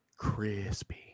Crispy